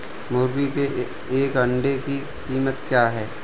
मुर्गी के एक अंडे की कीमत क्या है?